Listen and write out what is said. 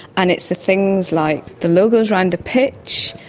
and it's the things like the logos around the pitch,